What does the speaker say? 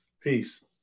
Peace